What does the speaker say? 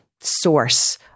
source